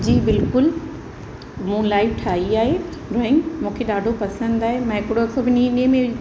जी बिल्कुलु मूं लाइव ठाही आहे ड्रॉइंग मूंखे ॾाढो पसंदि आहे मां हिकिड़ो सभु इन्हीअ में